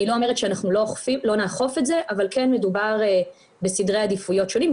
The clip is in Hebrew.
אני לא אומרת שלא נאכוף את זה אבל כן מדובר בסדרי עדיפויות שונים,